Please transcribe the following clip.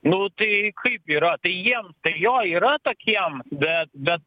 nu tai kaip yra tai jiem tai jo yra tokiem be be